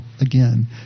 again